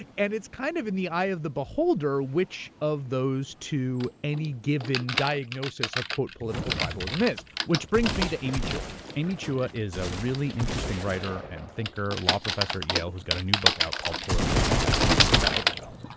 and it's kind of in the eye of the beholder which of those two any given diagnosis of quote political tribalism is. which brings me to amy chua, amy chua ah is a really interesting writer and thinker, law professor at yale who's got a new book out called, political tribes, which is about well,